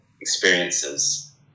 experiences